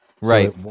right